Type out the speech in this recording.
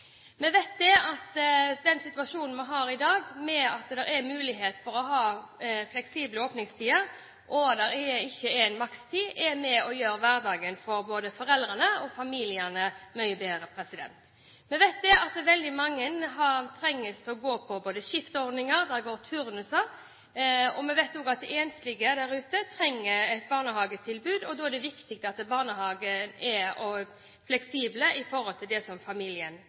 Vi vet at den situasjonen vi har i dag, med mulighet for å ha fleksible åpningstider, og at det ikke er makstid, er med på å gjøre hverdagen for både foreldrene og familiene mye bedre. Vi vet at veldig mange går på både skiftordninger og turnuser, og vi vet også at enslige trenger et barnehagetilbud. Da er det viktig at barnehagene er fleksible i forhold til det familiene trenger. Foreldrene er de som